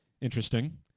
interesting